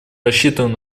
рассчитываем